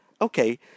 Okay